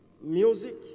Music